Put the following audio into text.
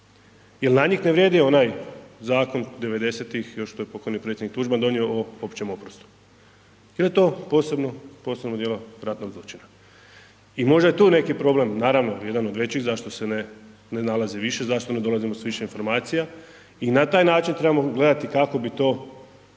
jer na njih ne vrijedi onaj zakon '90.-tih još što je pokojni predsjednik Tuđman donio o općem oprostu, jer je to posebno, posebno djelo ratnog zločina. I možda je tu neki problem, naravno jedan od većih zašto se ne nalazi više, zašto ne dolazimo s više informacija i na taj način trebamo gledati kako bi to pod